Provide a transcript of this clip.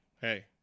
hey